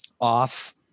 off